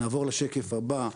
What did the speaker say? בשקף הבא,